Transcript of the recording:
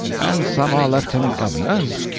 and some are lieutenant-governors,